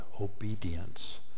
obedience